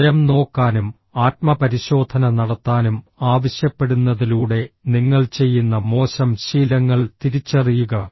സ്വയം നോക്കാനും ആത്മപരിശോധന നടത്താനും ആവശ്യപ്പെടുന്നതിലൂടെ നിങ്ങൾ ചെയ്യുന്ന മോശം ശീലങ്ങൾ തിരിച്ചറിയുക